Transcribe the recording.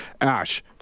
Ash